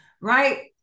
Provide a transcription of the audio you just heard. right